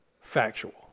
factual